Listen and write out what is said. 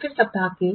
फिर सप्ताह के